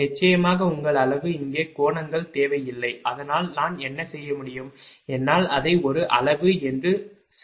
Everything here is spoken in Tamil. நிச்சயமாக உங்கள் அளவு இங்கே கோணங்கள் தேவையில்லை அதனால் நான் என்ன செய்ய முடியும் என்னால் அதை ஒரு அளவு என்று செய்ய முடியும்